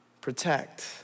protect